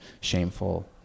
shameful